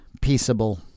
peaceable